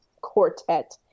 quartet